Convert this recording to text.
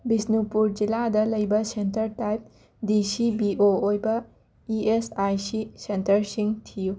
ꯕꯤꯁꯅꯨꯄꯨꯔ ꯖꯤꯜꯂꯥꯗ ꯂꯩꯕ centre type D C B O ꯑꯣꯏꯕ ꯏ ꯑꯦꯁ ꯑꯥꯏ ꯁꯤ ꯁꯦꯟꯇꯔꯁꯤꯡ ꯊꯤꯌꯨ